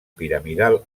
piramidal